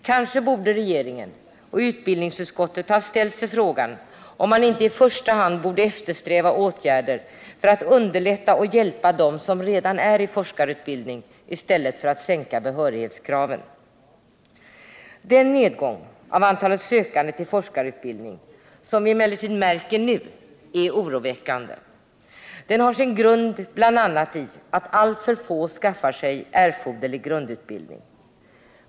Kanske borde regeringen och utbildningsutskottet ha ställt sig frågan, om man inte i första hand borde eftersträva åtgärder för att hjälpa dem som redan är i forskarutbildning i stället för att sänka behörighetskraven. Den nedgång av antalet sökande till forskarutbildning som vi nu märker är emellertid oroväckande. Den har sin grund bl.a. i att alltför få skaffar sig erforderlig grundutbildning.